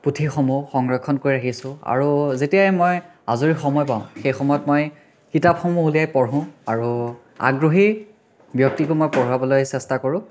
পুথিসমূহ সংৰক্ষণ কৰি ৰাখিছোঁ আৰু যেতিয়াই মই আজৰি সময় পাওঁ সেইসময়ত মই কিতাপসমূহ উলিয়াই পঢ়োঁ আৰু আগ্ৰহী ব্যক্তিকো মই পঢ়াবলৈ চেষ্টা কৰোঁ